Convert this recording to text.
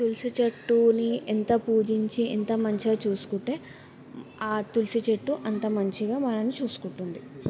తులసి చెట్టుని ఎంత పూజించి ఎంత మంచిగా చూసుకుంటే ఆ తులసి చెట్టు అంత మంచిగా మనలని చూసుకుంటుంది